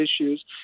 issues